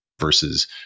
versus